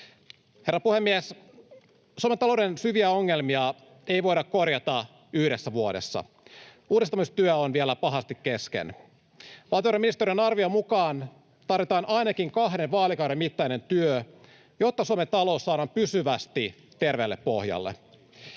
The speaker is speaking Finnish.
Herra puhemies! Suomen talouden syviä ongelmia ei voida korjata yhdessä vuodessa. Uudistamistyö on vielä pahasti kesken. Valtiovarainministeriön arvion mukaan tarvitaan ainakin kahden vaalikauden mittainen työ, jotta Suomen talous saadaan pysyvästi terveelle pohjalle.